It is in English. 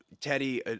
Teddy